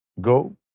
go